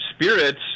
Spirits